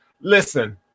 listen